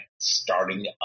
starting